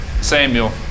Samuel